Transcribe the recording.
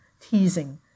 teasing